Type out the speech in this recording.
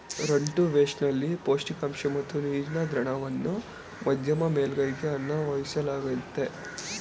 run to waste ನಲ್ಲಿ ಪೌಷ್ಟಿಕಾಂಶ ಮತ್ತು ನೀರಿನ ದ್ರಾವಣವನ್ನ ಮಧ್ಯಮ ಮೇಲ್ಮೈಗೆ ಅನ್ವಯಿಸಲಾಗ್ತದೆ